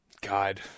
God